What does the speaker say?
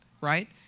right